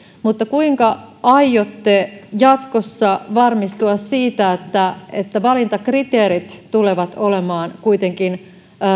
mutta kuinka aiotte jatkossa varmistua siitä että että valintakriteerit tulevat olemaan kuitenkin